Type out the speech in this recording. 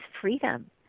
freedom